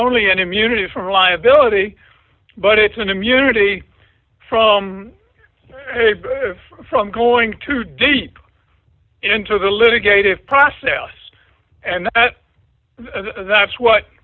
only an immunity from liability but it's an immunity from from going to deep into the litigated process and that's what